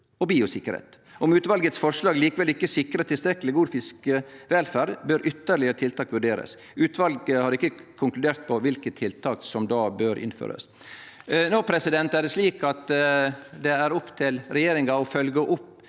og biosikkerhet. Om utvalgets forslag likevel ikke sikrer tilstrekkelig god fiskevelferd, bør ytterligere tiltak vurderes. Utvalget har ikke konkludert på hvilke tiltak som da bør innføres.» No er det slik at det er opp til regjeringa å følgje opp